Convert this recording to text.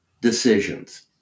decisions